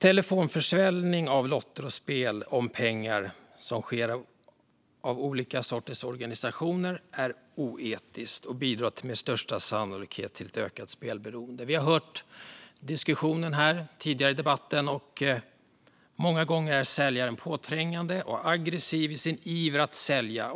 Telefonförsäljning av lotter och spel om pengar som sker av olika sorters organisationer är oetiskt och bidrar med största sannolikhet till ett ökat spelberoende; vi har hört diskussionen här tidigare i debatten. Många gånger är säljaren påträngande och aggressiv i sin iver att sälja.